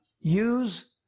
use